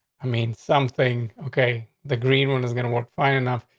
i mean something. okay, the green one is gonna work fine enough.